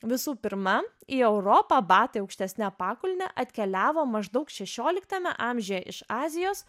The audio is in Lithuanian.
visų pirma į europą batai aukštesne pakulne atkeliavo maždaug šešioliktame amžiuje iš azijos